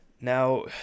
Now